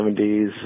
1970s